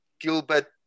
Gilbert